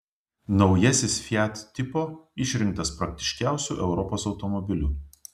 naujasis fiat tipo išrinktas praktiškiausiu europos automobiliu